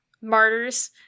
martyrs